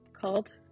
called